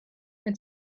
mit